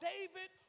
David